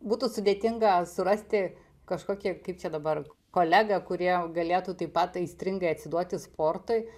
būtų sudėtinga surasti kažkokį kaip čia dabar kolegą kurie galėtų taip pat aistringai atsiduoti sportui